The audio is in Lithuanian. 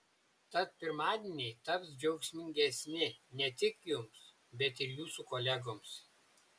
tad pirmadieniai taps džiaugsmingesni ne tik jums bet ir jūsų kolegoms